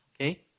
okay